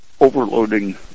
overloading